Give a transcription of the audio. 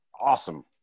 Awesome